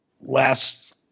last